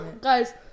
Guys